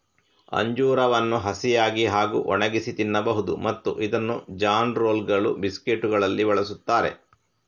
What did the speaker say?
ಅಂಜೂರವನ್ನು ಹಸಿಯಾಗಿ ಹಾಗೂ ಒಣಗಿಸಿ ತಿನ್ನಬಹುದು ಮತ್ತು ಇದನ್ನು ಜಾನ್ ರೋಲ್ಗಳು, ಬಿಸ್ಕೆಟುಗಳಲ್ಲಿ ಬಳಸುತ್ತಾರೆ